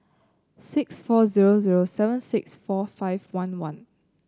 six four zero zero seven six four five one one